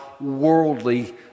worldly